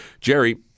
Jerry